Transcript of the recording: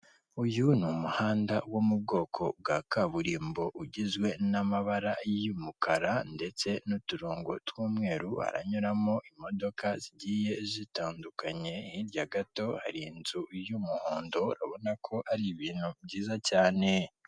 Uyu ni umuhanda wo mu bwoko bwa kaburimbo ugizwe n'amabara y'umukara ndetse n'uturongo tw'umweru, haranyuramo imodoka zigiye zitandukanye hirya gato hari inzu y'umuhondo, urabona ko ari ibintu byiza cyane.